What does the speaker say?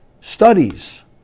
studies